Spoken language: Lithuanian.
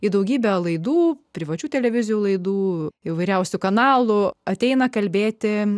į daugybę laidų privačių televizijų laidų įvairiausių kanalų ateina kalbėti